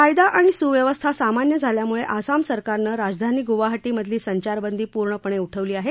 कायदा आणि सुव्यवस्था सामान्य झाल्यामुळे आसाम सरकारनं राजधानी गुवाहाटीमधली संचारबंदी पूर्णपणे उठवली आहे